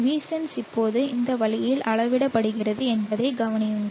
Vsense இப்போது இந்த வழியில் அளவிடப்படுகிறது என்பதைக் கவனியுங்கள்